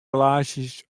relaasjes